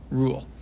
rule